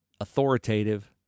authoritative